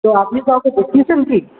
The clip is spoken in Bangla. তো আপনি কাউকে দেখিয়েছেন কি